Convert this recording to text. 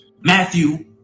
Matthew